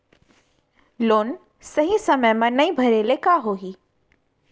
Loan सही समय मा नई भरे ले का होही?